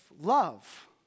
love